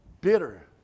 bitter